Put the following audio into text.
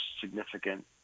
significant